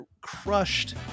crushed